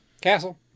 castle